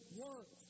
work